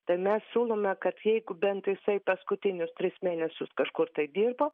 tai mes siūlome kad jeigu bent jisai paskutinius tris mėnesius kažkur tai dirbo